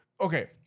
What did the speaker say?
Okay